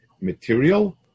material